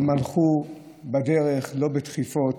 הם הלכו בדרך לא בדחיפות,